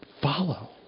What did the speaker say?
follow